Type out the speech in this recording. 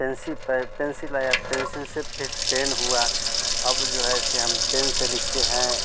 pen से pencil आया pencil से फिर पेन हुआ अब जो है ऐसे हम पेन से लिखते हैं